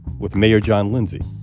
with mayor john lindsay